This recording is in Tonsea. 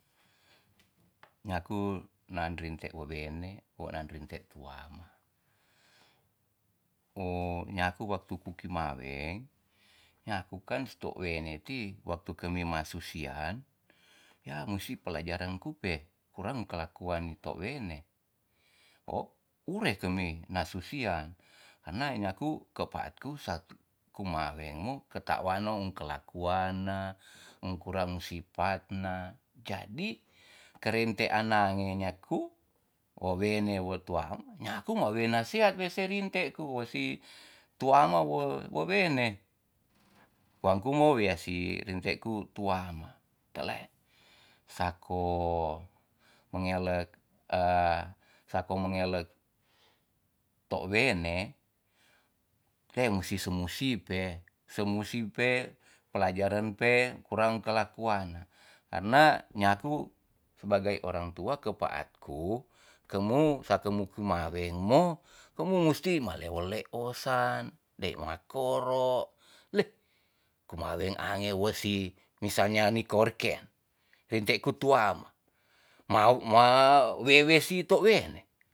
Nyaku naan rinte wewene wo naan rinte tuama. nyaku waktu ki kimaweng nyaku kan tou wene ti waktu kami masu sian ya musi pelajaran kupe kurang kelakuan tou wene, o ure kemi na susian karena nyaku ke paat ku sa tu kumaweng mu ke tawak naun kelakuan na kurang sipat na jadi ke rentean nange nyaku wowene wo tuama nyaku mawe na sehat se rinte ku si tuama wo- wowene. wangku mo we si rinte ku tuama tleh, sako mangelek- sako mengelek tou wene te musi se musipe, se mu sipe pelajaren pe kurang kelakuana karena nyaku sebagai orang tua ke paat ku kemu sa kemu kemaweng mo kemu musti maleo leosan dei makoro le kumaweng ange wesi misalnya ni kore ken rinte ku tuama mao- ma we- we si tou wene